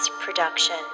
Production